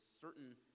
certain